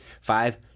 Five